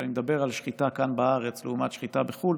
שכשאני מדבר על שחיטה כאן בארץ לעומת שחיטה בחו"ל,